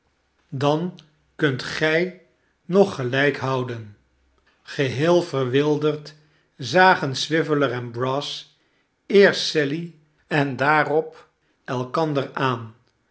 dan kunt gij nog gelijk houden geheel verwilderd zagen swiveller en brass eerst sally en daarop elkander aan